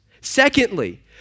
Secondly